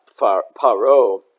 Paro